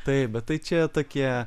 taip bet tai čia tokie